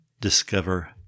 discover